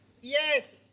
Yes